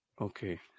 Okay